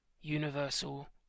Universal